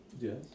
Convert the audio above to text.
Yes